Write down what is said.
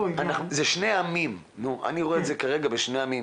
זה שני עמים, אני רואה את זה כרגע כשני עמים.